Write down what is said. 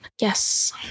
Yes